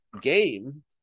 game